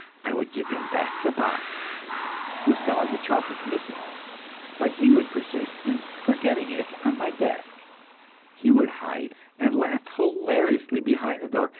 i would give him back the box with some of the chocolates missing but he would persist in forgetting it on my desk he would hide and laugh hilariously behind the door,